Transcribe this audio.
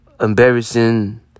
embarrassing